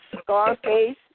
Scarface